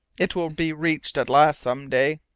it will be reached at last, some day.